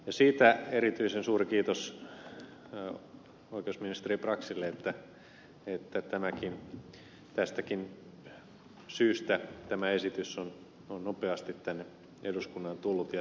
siitä erityisen suuri kiitos oikeusministeri braxille että tästäkin syystä tämä esitys on nopeasti tänne eduskuntaan tullut ja toinenkin paketti vielä tulossa